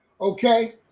okay